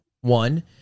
One